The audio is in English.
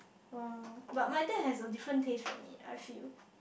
oh but my dad has a different taste from me I feel